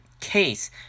case